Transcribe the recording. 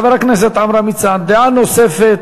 חבר הכנסת עמרם מצנע, דעה נוספת.